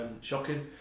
shocking